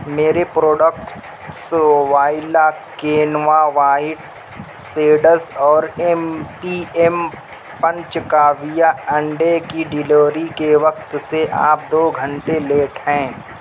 میرے پروڈکٹس وائلا quinoa white seeds اور M P M punch Kavya انڈے کی ڈیلیوری کے وقت سے آپ دو گھنٹے لیٹ ہیں